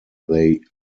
they